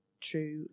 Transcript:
true